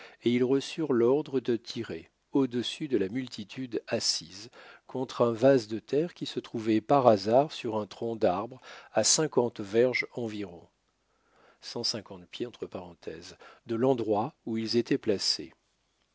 et ils reçurent l'ordre de tirer audessus de la multitude assise contre un vase de terre qui se trouvait par hasard sur un tronc d'arbre à cinquante verges environ cent cinquante pieds de l'endroit où ils étaient placés